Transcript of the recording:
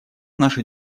наша